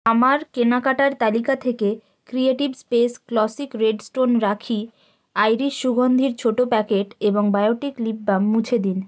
আমার কেনাকাটার তালিকা থেকে creative space classic red stone রাখি আইরিস সুগন্ধির ছোটো প্যাকেট এবং বায়োটিক লিপ বাম মুছে দিন